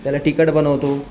त्याला तिखट बनवतो